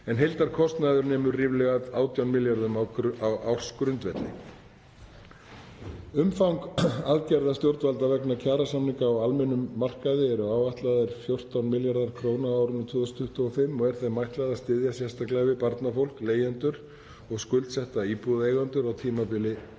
en heildarkostnaður nemur ríflega 18 milljörðum kr. á ársgrundvelli. Umfang aðgerða stjórnvalda vegna kjarasamninga á almennum markaði er áætlað 14 milljarðar kr. á árinu 2025 og er ætlað að styðja sérstaklega við barnafólk, leigjendur og skuldsetta íbúðareigendur á tímabili